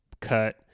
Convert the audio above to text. cut